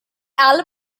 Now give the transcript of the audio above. album